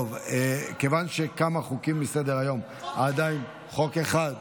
טוב, כיוון שכמה חוקים מסדר-היום עדיין, חוק אחד,